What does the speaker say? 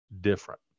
different